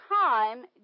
time